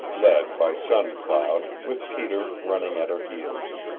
led by sun cloud with peter running at her heels.